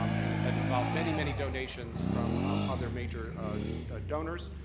um and it had involved many, many donations from other major donors.